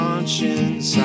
Conscience